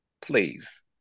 please